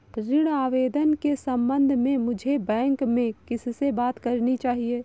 ऋण आवेदन के संबंध में मुझे बैंक में किससे बात करनी चाहिए?